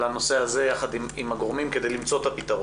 הנושא הזה יחד עם הגורמים כדי למצוא את הפתרון,